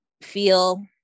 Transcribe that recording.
feel